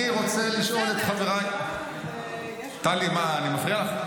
אני רוצה לשאול את חבריי, טלי, מה אני מפריע לך?